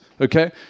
okay